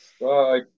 Bye